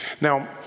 Now